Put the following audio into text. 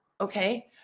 Okay